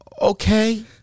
okay